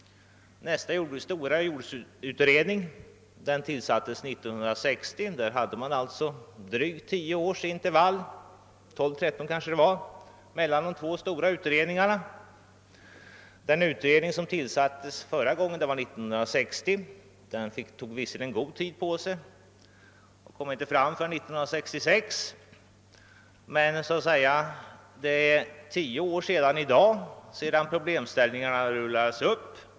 Nästa stora jordbruksutredning tillsattes 1960. Det förflöt alltså minst tretton år mellan dessa två stora utredningar. Sedan 1960 års jordbruksutredning tillsattes — den tog god tid på sig och blev inte färdig förrän år 1966 — och problemställningarna så att säga rullades upp har det gått tio år.